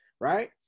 right